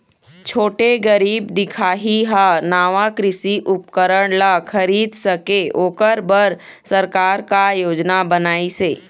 छोटे गरीब दिखाही हा नावा कृषि उपकरण ला खरीद सके ओकर बर सरकार का योजना बनाइसे?